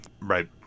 Right